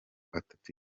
atatu